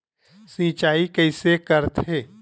सिंचाई कइसे करथे?